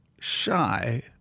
shy